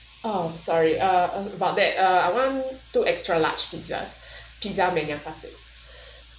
oh sorry uh about that uh I want two extra large pizzas pizza mania classic